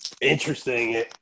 interesting